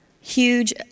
huge